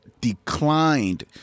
declined